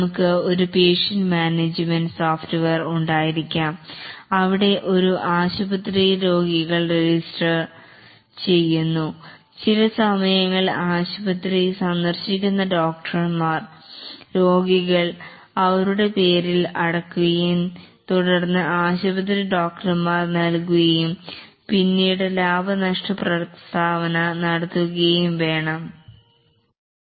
നമുക്ക് ഒരു patient management software ഉണ്ടായിരിക്കാംഇതിൽ ഒരു ആശുപത്രിയിലെ രോഗികൾ അടയ്ക്കുന്ന ബില്ലുകൾഅതുപോലെ ആശുപത്രിക്കു ഡോക്ടർമാർക്ക് കൊടുക്കേണ്ട ശമ്പളം അതിനെല്ലാം ശേഷം ലാഭ നഷ്ട കണക്കു പ്രസ്താവിക്കുക എന്നിവ ഉൾപ്പെടുന്നു